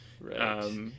Right